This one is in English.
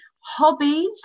Hobbies